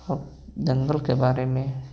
और जंगल के बारे में